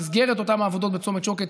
במסגרת אותן העבודות בצומת שוקת